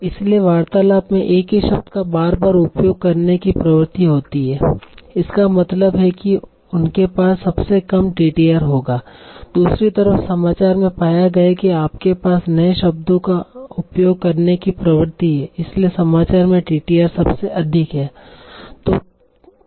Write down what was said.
इसलिए वार्तालाप में एक ही शब्द का बार बार उपयोग करने की प्रवृत्ति होती है इसका मतलब है कि उनके पास सबसे कम टीटीआर होगा दूसरी तरफ समाचार में पाया गया है कि आपके पास नए शब्दों का उपयोग करने की प्रवृत्ति है इसलि समाचार में टीटीआर सबसे अधिक है